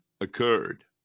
occurred